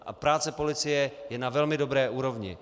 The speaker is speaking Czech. A práce policie je na velmi dobré úrovni.